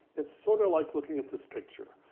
it's sort of like looking at this picture.